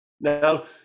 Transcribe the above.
Now